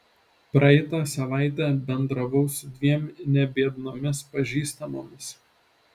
praeitą savaitę bendravau su dviem nebiednomis pažįstamomis